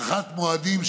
הארכת מועדים,